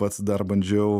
pats dar bandžiau